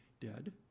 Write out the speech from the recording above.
dead